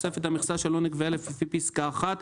בתוספת מכסה שלא נקבעה לפי פסקה (1),